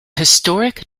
historic